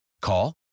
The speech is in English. Call